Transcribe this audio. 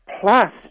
Plus